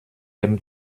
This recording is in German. dem